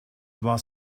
war